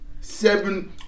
seven